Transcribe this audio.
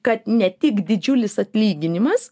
kad ne tik didžiulis atlyginimas